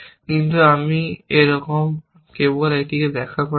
কিন্তু আমি একরকম কেবল এটিকে ব্যাখ্যা করার জন্য